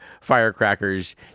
firecrackers